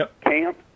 camp